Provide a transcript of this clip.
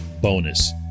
bonus